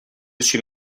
suis